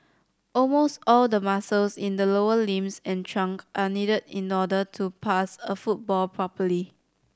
almost all the muscles in the lower limbs and trunk are needed in order to pass a football properly